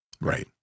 Right